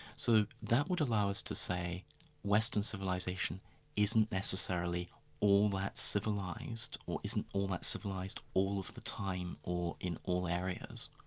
so that would allow us to say western civilisation isn't necessarily all that civilised, or isn't all that civilised all of the time, or in all areas.